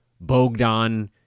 Bogdan